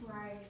Right